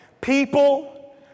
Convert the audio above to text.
People